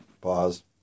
Pause